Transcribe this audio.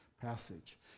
passage